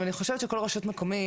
אני חושבת שכל רשות מקומית,